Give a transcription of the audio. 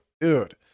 dude